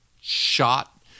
shot